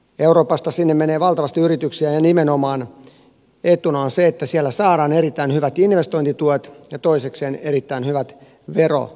euroopasta sinne menee valtavasti yrityksiä ja nimenomaan etuna on se että siellä saadaan erittäin hyvät investointituet ja toisekseen erittäin hyvät veroedut